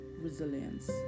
resilience